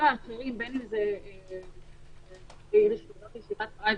כלומר אם למישהו יש רשיון ישיבה ארעי,